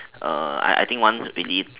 uh I I think once believes